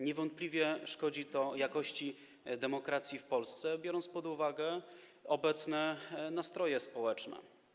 Niewątpliwie szkodzi to jakości demokracji w Polsce, biorąc pod uwagę obecne nastroje społeczne.